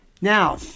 Now